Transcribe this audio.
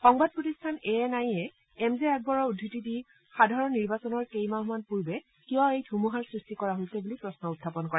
সংবাদ প্ৰতিষ্ঠান এ এন আইয়ে এম জি আকবৰৰ উদ্ধৃতি দি সাধাৰণ নিৰ্বাচনৰ কেইমাহমান পূৰ্বে কিয় এই ধুমুহাৰ সৃষ্টি কৰা হৈছে বুলি প্ৰশ্ন উত্থাপন কৰে